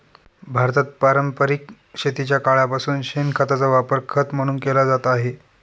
भारतात पारंपरिक शेतीच्या काळापासून शेणखताचा वापर खत म्हणून केला जात आहे